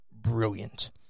brilliant